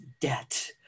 debt